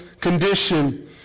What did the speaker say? condition